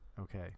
Okay